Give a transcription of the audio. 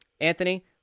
Anthony